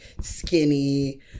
skinny